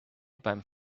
beim